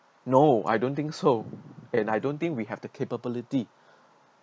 no I don't think so and I don't think we have the capability